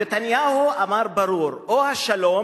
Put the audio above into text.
נתניהו אמר ברור: או השלום,